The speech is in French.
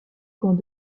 cours